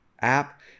app